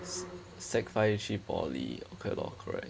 s~ sec five 去 poly okay lor correct